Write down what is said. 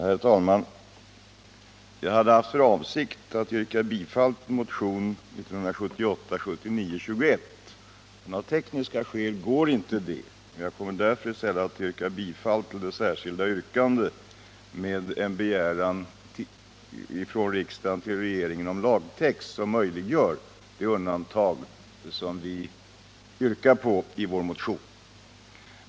Herr talman! Jag hade haft för avsikt att yrka bifall till motionen 1978/ 79:21, men av tekniska skäl går inte det. I stället kommer jag därför att yrka bifall till ett särskilt yrkande om en begäran från riksdagen till regeringen om lagtext som möjliggör det undantag som vi hemställer om i vår motion.